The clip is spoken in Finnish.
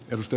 emusta